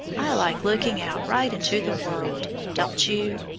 i like looking out right into the world don't you?